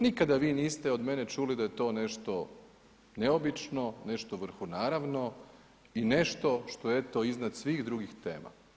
Nikada vi niste od mene čuli da je to nešto neobično, nešto vrhunaravno i nešto što je eto iznad svih drugih tema.